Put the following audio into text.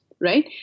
Right